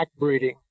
backbreeding